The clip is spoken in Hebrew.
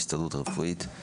ההסתדרות הרפואית.